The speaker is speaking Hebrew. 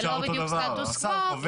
זה לא בדיוק סטטוס קוו,